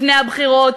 לפני הבחירות.